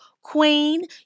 Queen